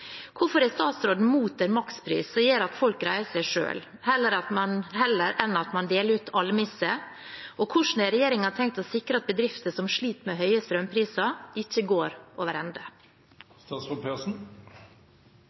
Hvorfor er statsråden imot en makspris som gjør at folk greier seg selv, heller enn at man deler ut almisser, og hvordan har regjeringen tenkt å sikre at bedrifter som sliter med høye strømpriser, ikke går